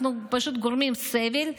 אנחנו פשוט גורמים סבל,